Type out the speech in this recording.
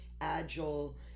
agile